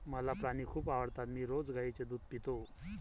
मला प्राणी खूप आवडतात मी रोज गाईचे दूध पितो